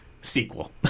sequel